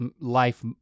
life